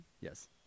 Yes